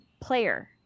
player